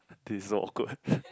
this is so awkward